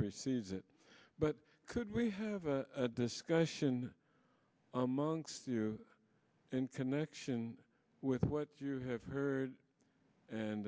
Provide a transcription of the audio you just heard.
precedes it but could we have a discussion amongst you in connection with what you have heard and